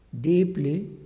deeply